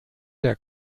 der